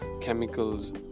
chemicals